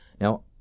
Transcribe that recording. Now